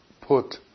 put